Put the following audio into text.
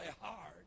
hard